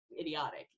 idiotic